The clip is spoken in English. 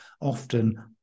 often